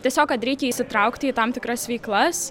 tiesiog kad reikia įsitraukti į tam tikras veiklas